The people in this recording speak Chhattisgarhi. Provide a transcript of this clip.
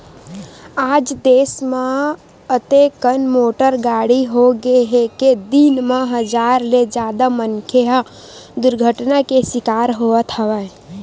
आज देस म अतेकन मोटर गाड़ी होगे हे के दिन म हजार ले जादा मनखे ह दुरघटना के सिकार होवत हवय